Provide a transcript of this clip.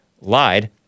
lied